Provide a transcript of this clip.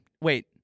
Wait